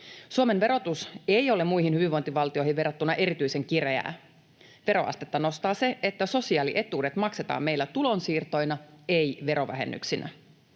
Suomen verotus ei ole muihin hyvinvointivaltioihin verrattuna erityisen kireää. Veroastetta nostaa se, että sosiaalietuudet maksetaan meillä tulonsiirtoina, ei verovähennyksinä.